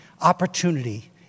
opportunity